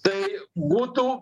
tai butų